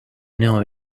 know